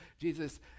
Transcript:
Jesus